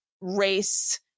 race